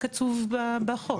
שמה הזמן קצוב בחוק.